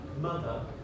mother